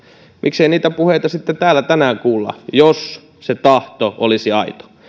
miksei niitä puheita sitten täällä tänään kuulla jos se tahto olisi aito